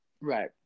Right